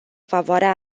favoarea